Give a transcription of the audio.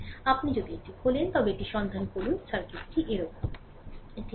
সুতরাং আপনি যদি এটি খোলেন তবে এটি সন্ধান করুন সার্কিটটি এরকম